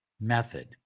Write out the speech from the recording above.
method